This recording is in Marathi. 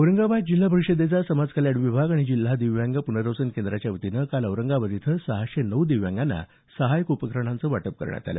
औरंगाबाद जिल्हा परिषदेचा समाज कल्याण विभाग आणि जिल्हा दिव्यांग पुनर्वसन केंद्राच्या वतीनं काल औरंगाबाद इथं सहाशे नऊ दिव्यांगांना सहायक उपकरणांचं वाटप करण्यात आलं